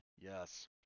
Yes